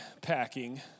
packing